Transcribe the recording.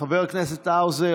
חבר הכנסת האוזר,